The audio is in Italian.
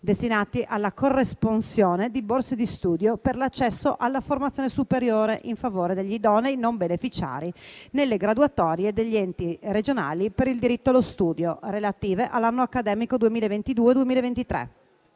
destinati alla corresponsione di borse di studio per l'accesso alla formazione superiore in favore degli idonei non beneficiari nelle graduatorie degli enti regionali per il diritto allo studio relative all'anno accademico 2022-2023.